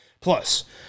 Plus